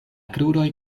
kruroj